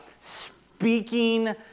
speaking